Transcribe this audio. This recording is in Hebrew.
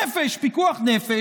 פיקוח נפש,